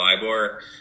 LIBOR